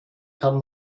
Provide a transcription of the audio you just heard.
kann